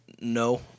no